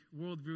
worldview